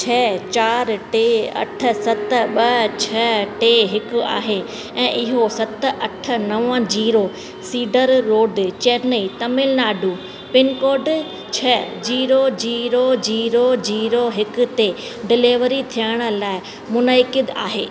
छ चारि टे अठ सत ॿ छ टे हिकु आहे ऐं ईहो सत अठ नव zero cedar road Chennai Tamil Nadu pincode छ जीरो जीरो जीरो जीरो हिकु ते डिलेवरी थियण लाइ मुनाइकिद आहे